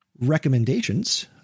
recommendations